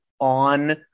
on